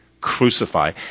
crucify